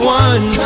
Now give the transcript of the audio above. one